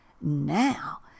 Now